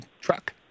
truck